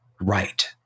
Right